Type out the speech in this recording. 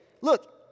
look